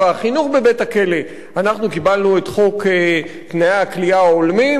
אנחנו קיבלנו את חוק תנאי כליאה הולמים במושב הזה,